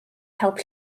help